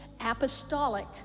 apostolic